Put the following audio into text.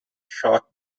shot